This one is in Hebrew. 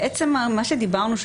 בעצם מה שדיברנו,